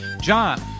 John